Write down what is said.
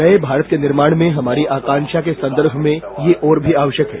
नये भारत के निर्माण में हमारी आकांक्षा के संदर्भ में यह और भी आवश्यक है